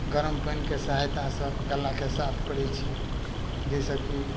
गरम पाइनके सहायता सऽ गल्ला के साफ करै छी जै सऽ की